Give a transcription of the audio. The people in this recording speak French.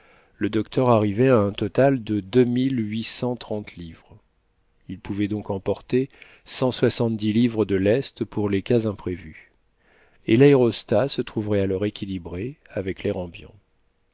le docteur arrivait à un total de deux mille huit cent trente livres il pouvait donc emporter cent soixante-dix livres de lest pour les cas imprévus et l'aérostat se trouverait alors équilibré avec l'air ambiant